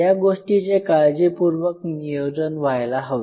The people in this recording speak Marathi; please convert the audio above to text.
या गोष्टीचे काळजीपूर्वक नियोजन व्हायला हवे